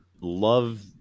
Love